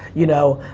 you know,